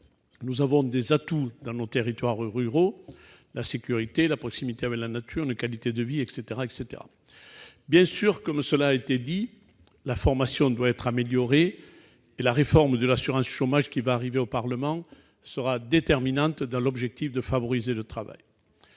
Nous avons des atouts dans nos territoires ruraux : la sécurité, la proximité avec la nature, la qualité de vie, etc. Bien sûr, cela a été dit, la formation doit être améliorée, et la réforme de l'assurance chômage qui va être examinée par le Parlement sera déterminante pour favoriser le travail.